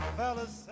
fellas